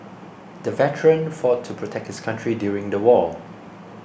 the veteran fought to protect his country during the war